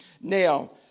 Now